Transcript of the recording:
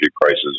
prices